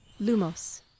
LUMOS